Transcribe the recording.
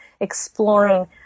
exploring